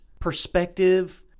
perspective